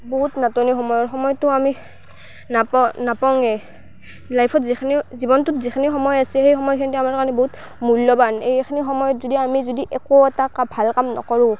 বহুত নাটনি সময়ৰ সময়টো আমি নাপাওঁ নাপাওঁৱেই লাইফত যিখিনি জীৱনটোত যিখিনি সময় আছে সেই সময়খিনি আমাৰ কাৰণে বহুত মূল্যৱান এইখিনি সময়ত যদি আমি যদি একো এটা কাম ভাল কাম নকৰোঁ